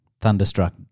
Thunderstruck